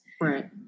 right